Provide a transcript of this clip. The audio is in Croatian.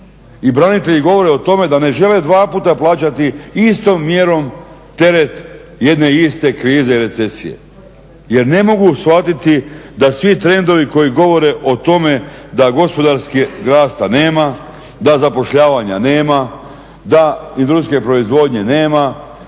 i branitelji govore o tome da ne žele dva puta plaćati istom mjerom teret jedne iste krize i recesije jer ne mogu shvatiti da svi trendovi koji govore da o tome da gospodarskog rasta nema, da zapošljavanja nema, da industrijske proizvodnje nema,